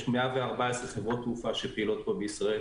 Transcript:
יש 114 חברות תעופה שפעילות פה בישראל,